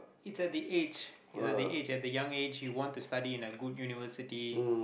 it's at the age it's at the age at the young age you want to study in a good university